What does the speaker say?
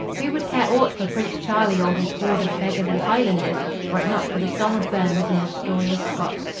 who would care aught for prince charlie or his horde of beggarly highlanders were it not for the song of burns and the story of scott?